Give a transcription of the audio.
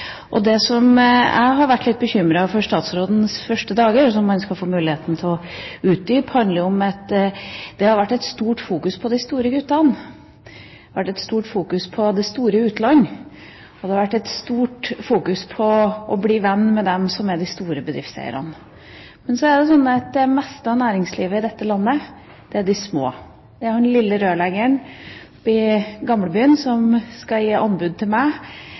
Det jeg har vært litt bekymret over i statsrådens første dager, og som han skal få muligheten til å utdype, handler om at det har vært et stort fokus på de store gutta, det har vært et stort fokus på det store utland, og det har vært et stort fokus på å bli venn med dem som er de store bedriftseierne. Men så er det sånn at det meste av næringslivet i dette landet er de små. Det er den lille rørleggeren i Gamlebyen som skal gi anbud til meg,